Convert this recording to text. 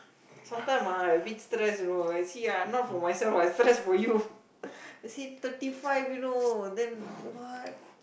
sometimes ah I a bit stress you know I see ah not for myself I stress for you you see thirty five you know then what